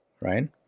right